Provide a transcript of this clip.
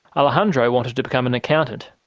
alejandro wanted to become an accountant.